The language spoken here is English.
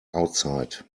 outside